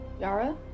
Yara